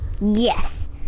Yes